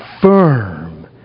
Firm